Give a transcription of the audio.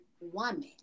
woman